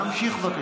להמשיך, בבקשה.